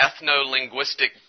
ethno-linguistic